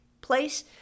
place